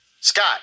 Scott